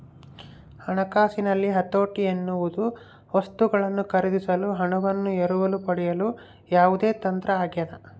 ಹಣಕಾಸಿನಲ್ಲಿ ಹತೋಟಿ ಎನ್ನುವುದು ವಸ್ತುಗಳನ್ನು ಖರೀದಿಸಲು ಹಣವನ್ನು ಎರವಲು ಪಡೆಯುವ ಯಾವುದೇ ತಂತ್ರ ಆಗ್ಯದ